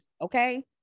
Okay